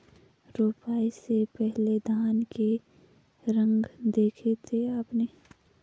रोपाई से पहले धान के रंग देखे थे आपने?